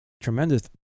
tremendous